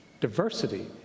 diversity